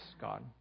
God